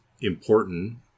important